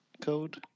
code